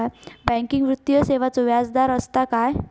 Banking वित्तीय सेवाचो व्याजदर असता काय?